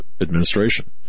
administration